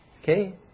Okay